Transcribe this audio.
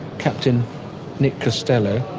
captain nick costello,